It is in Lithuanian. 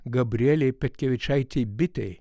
gabrielei petkevičaitei bitei